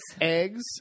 Eggs